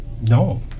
No